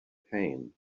pain